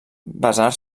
basar